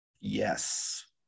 yes